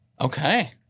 Okay